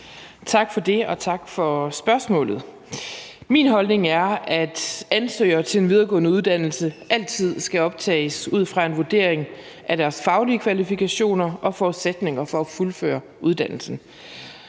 Tak for det, og tak for spørgsmålet. Min holdning er, at ansøgere til en videregående uddannelse altid skal optages ud fra en vurdering af deres faglige kvalifikationer og forudsætninger for at fuldføre uddannelsen.